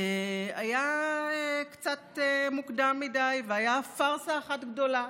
היה קצת מוקדם מדי והיה פארסה אחת גדולה,